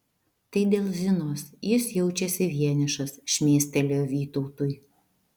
tai dėl zinos jis jaučiasi vienišas šmėstelėjo vytautui